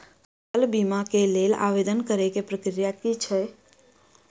फसल बीमा केँ लेल आवेदन करै केँ प्रक्रिया की छै?